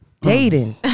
Dating